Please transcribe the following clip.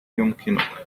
يمكنك